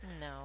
No